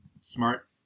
Smart